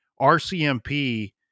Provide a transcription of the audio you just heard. RCMP